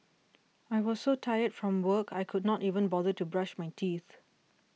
I was so tired from work I could not even bother to brush my teeth